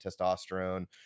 testosterone